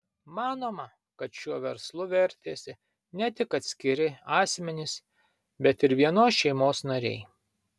manoma kad šiuo verslu vertėsi ne tik atskiri asmenys bet ir vienos šeimos nariai